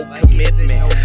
commitment